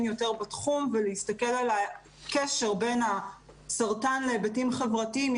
יותר בתחום להסתכל על הקשר בין הסרטן להיבטים חברתיים.